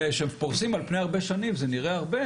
כשפורסים על פני כמה שנים זה נראה הרבה,